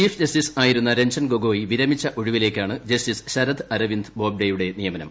chief justice ആയിരുന്ന രഞ്ജൻ ഗൊഗോയി വിരമിച്ച ഒഴിവിലേക്കാണ് ജസ്റ്റിസ് ശരദ് അരവിന്ദ് ബോബ്ഡെയുടെ നിയമനം